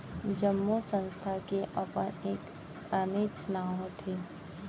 जम्मो संस्था के अपन एक आनेच्च नांव होथे